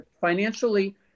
financially